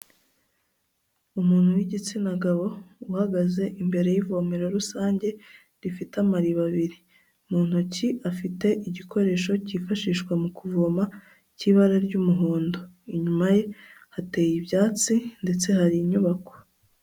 Umuntu w'igitsina gabo, uhagaze imbere y'ivomera rusange, rifite amariba abiri, mu ntoki afite igikoresho cyifashishwa mu kuvoma cy'ibara ry'umuhondo, inyuma ye hateye ibyatsi ndetse hari inyubako.